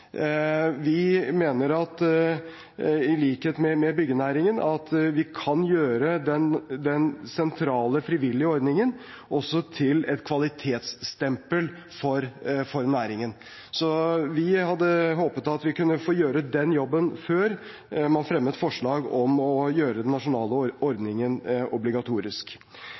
Vi mener i likhet med byggenæringen at vi kan gjøre den sentrale, frivillige ordningen til et kvalitetsstempel for næringen. Vi hadde håpet at vi kunne få gjøre den jobben før man fremmet forslag om å gjøre den nasjonale ordningen obligatorisk.